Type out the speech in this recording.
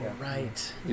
right